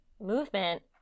movement